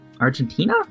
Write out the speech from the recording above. argentina